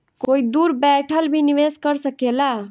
कोई दूर बैठल भी निवेश कर सकेला